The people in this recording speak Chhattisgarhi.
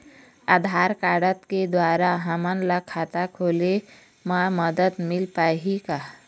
आधार कारड के द्वारा हमन ला खाता खोले म मदद मिल पाही का?